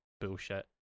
bullshit